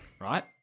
Right